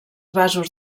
vasos